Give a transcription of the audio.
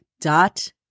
dot